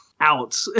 out